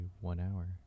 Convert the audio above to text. one-hour